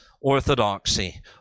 orthodoxy